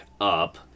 Up